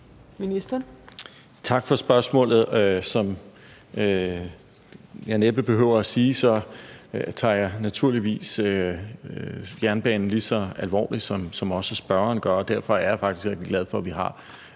Tak for spørgsmålet. Som jeg næppe behøver at sige, tager jeg naturligvis jernbanen lige så alvorligt, som spørgeren gør. Derfor er jeg faktisk glad for, at vi har